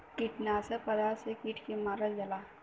कीटनाशक पदार्थ से के कीट के मारल जाला